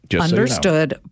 Understood